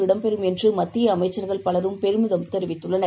இடம் பெறம் என்றுமத்தியஅமைச்சர்கள் பலரும் பெருமிதம் தெரிவித்துள்ளனர்